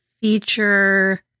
feature